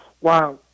wow